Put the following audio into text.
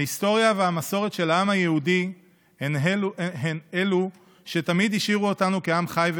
ההיסטוריה והמסורת של העם היהודי הן שתמיד השאירו אותנו כעם חי וקיים.